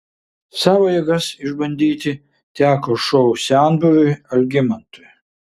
savo jėgas išbandyti teko šou senbuviui algimantui